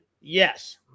Yes